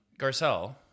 Garcelle